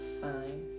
five